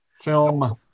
film